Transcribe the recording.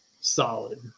solid